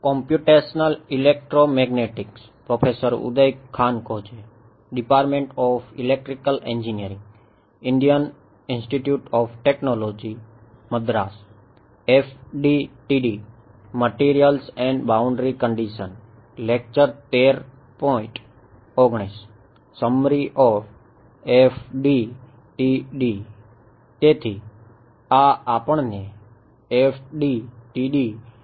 તેથી આ આપણને FDTD પદ્ધતિ ના અંત તરફ લાવે છે